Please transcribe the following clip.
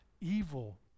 evil